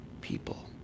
people